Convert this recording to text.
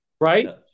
Right